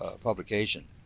publication